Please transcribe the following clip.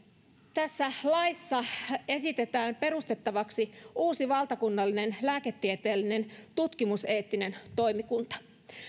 tässä laissa esitetään perustettavaksi uusi valtakunnallinen lääketieteellinen tutkimuseettinen toimikunta